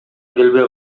келбей